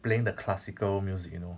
playing the classical music you know